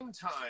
time